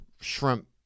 shrimp